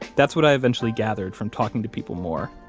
that's what i eventually gathered from talking to people more